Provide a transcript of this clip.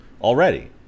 already